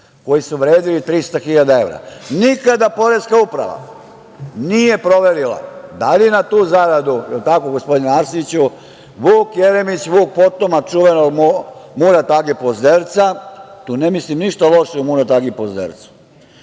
koji su vredeli 300.000 evra. Nikada Poreska uprava nije proverila da li na tu zaradu, je li tako, gospodine Arsiću, Vuk Jeremić, Vuk potomak čuvenog Murat-age Pozderca, tu ne mislim ništa loše o Murat-agi Pozdercu.